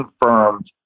confirmed